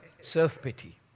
Self-pity